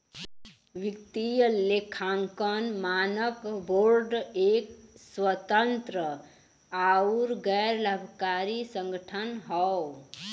वित्तीय लेखांकन मानक बोर्ड एक स्वतंत्र आउर गैर लाभकारी संगठन हौ